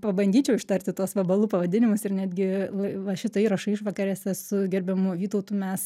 pabandyčiau ištarti tuos vabalų pavadinimus ir netgi v va šito įrašo išvakarėse su gerbiamu vytautu mes